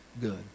good